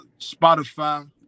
Spotify